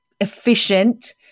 efficient